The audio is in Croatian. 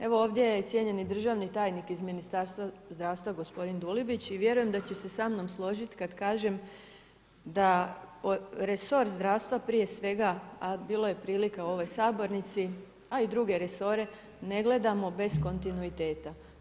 Evo ovdje je cijenjeni državni tajnik iz Ministarstva zdravstva gospodin Dulibić i vjerujem da će se sa mnom složit kad kažem da resor zdravstva prije svega, a bilo je prilike u ovoj sabornici, a i druge resore ne gledamo bez kontinuiteta.